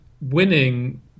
winning